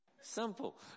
simple